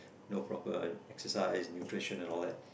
no proper exercise nutrition and all that